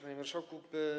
Panie Marszałku!